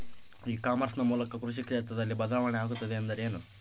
E commerce ನ ಮೂಲಕ ಕೃಷಿ ಕ್ಷೇತ್ರದಲ್ಲಿ ಬದಲಾವಣೆ ಆಗುತ್ತಿದೆ ಎಂದರೆ ಏನು?